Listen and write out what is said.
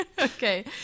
okay